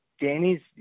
Danny's